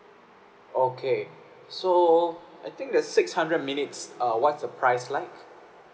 okay so I think the six hundred minutes uh what's the price like